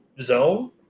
zone